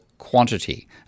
Quantity